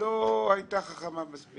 לא הייתה חכמה מספיק.